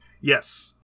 Yes